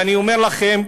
אני אומר לכם,